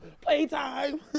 Playtime